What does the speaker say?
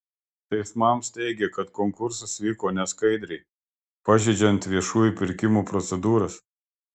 teismams teigė kad konkursas vyko neskaidriai pažeidžiant viešųjų pirkimų procedūras